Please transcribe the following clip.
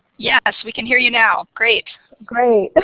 yes, we can hear you now, great. great.